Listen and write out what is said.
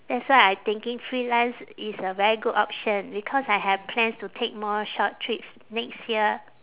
that's why I thinking freelance is a very good option because I have plans to take more short trips next year